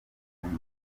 heard